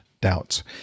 doubts